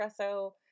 espresso